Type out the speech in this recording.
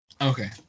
Okay